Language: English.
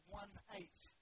one-eighth